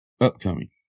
Upcoming